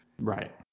right